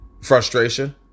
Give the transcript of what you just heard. frustration